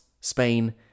Spain